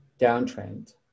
downtrend